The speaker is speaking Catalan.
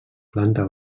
planta